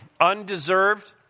undeserved